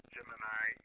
Gemini